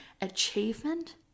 achievement